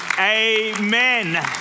Amen